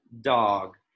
dog